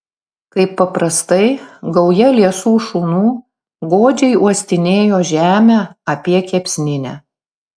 kaip paprastai gauja liesų šunų godžiai uostinėjo žemę apie kepsninę